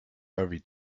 very